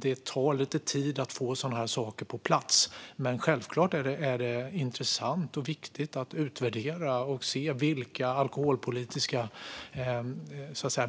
Det tar lite tid att få sådana här saker på plats. Men självklart är det intressant och viktigt att utvärdera och se vilka alkoholpolitiska